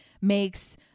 makes